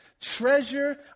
treasure